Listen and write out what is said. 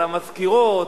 על המזכירות,